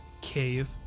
cave